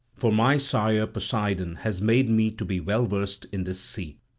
for my sire poseidon has made me to be well versed in this sea.